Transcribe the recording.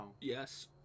Yes